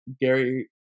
Gary